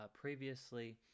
previously